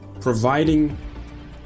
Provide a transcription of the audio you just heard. providing